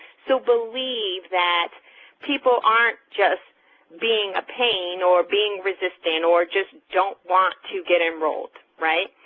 so believe that people aren't just being a pain or being resistant or just don't want to get enrolled, right?